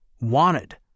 wanted